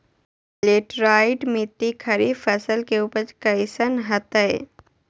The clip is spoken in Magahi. लेटराइट मिट्टी खरीफ फसल के उपज कईसन हतय?